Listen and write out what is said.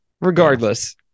Regardless